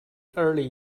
early